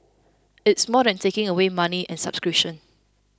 it's more than taking away money and subscriptions